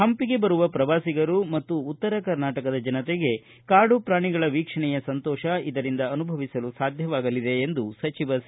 ಹಂಪಿಗೆ ಬರುವ ಪ್ರವಾಸಿಗರು ಮತ್ತು ಉತ್ತರ ಕರ್ನಾಟಕದ ಜನತೆಗೆ ಕಾಡು ಪ್ರಾಣಿಗಳ ವೀಕ್ಷಣೆಯ ಸಂತೋಷ ಅನುಭವಿಸಲು ಸಾಧ್ದವಾಗಲಿದೆ ಎಂದು ಸಚಿವ ಸಿ